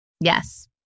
Yes